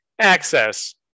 Access